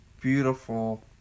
beautiful